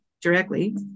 directly